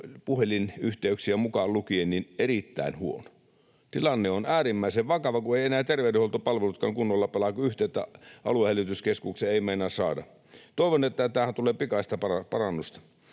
puhelinyhteydet mukaan lukien, erittäin huono. Tilanne on äärimmäisen vakava, kun eivät enää terveydenhuoltopalvelutkaan kunnolla pelaa, kun yhteyttä aluehälytyskeskukseen ei meinaa saada. Toivon, että tähän tulee pikaista parannusta.